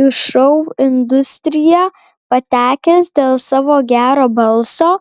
į šou industriją patekęs dėl savo gero balso